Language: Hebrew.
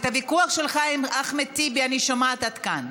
את הוויכוח שלך עם אחמד טיבי אני שומעת עד כאן,